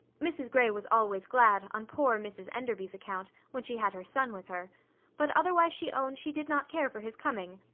mrs grey was always glad, on poor mrs enderby's account, when she had her son with her but otherwise she owned she did not care for his coming.